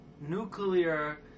nuclear